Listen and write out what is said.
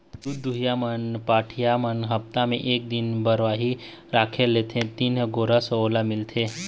दूद दुहइया पहाटिया मन हप्ता म एक दिन बरवाही राखते तेने दिन के गोरस ह ओला मिलथे